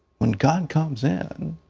when god comes in,